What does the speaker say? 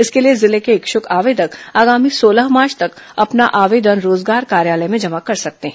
इसके लिए जिले के इच्छुक आवेदक आगामी सोलह मार्च तक अपना आवेदन रोजगार कार्यालय में जमा कर सकते हैं